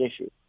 issue